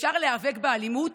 אפשר להיאבק באלימות,